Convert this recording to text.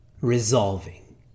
resolving